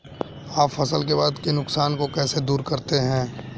आप फसल के बाद के नुकसान को कैसे दूर करते हैं?